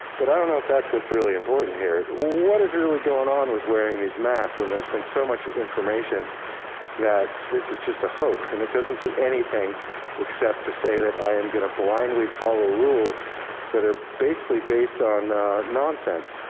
but i don't know if that's what's really important here. what is really going on with wearing these masks when there's been so much information that this is just a hoax and it doesn't do anything except to say that i am gonna blindly follow rules that are basically based on a nonsense.